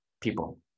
people